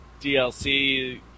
DLC